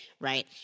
right